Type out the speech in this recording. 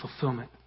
fulfillment